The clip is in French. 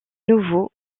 nouveau